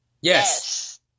Yes